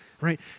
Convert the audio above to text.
right